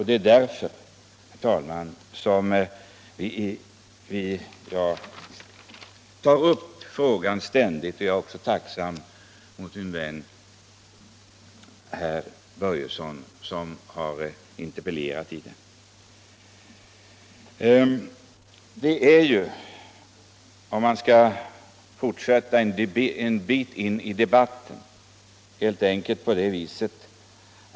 Det är därför, herr talman, som jag ständigt tar upp frågan, och jag är också tacksam mot min vän herr Börjesson i Falköping som nu har interpellerat.